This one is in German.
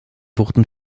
wurden